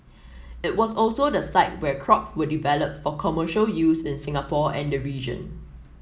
it was also the site where crop were developed for commercial use in Singapore and the region